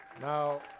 Now